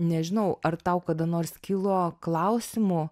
nežinau ar tau kada nors kilo klausimų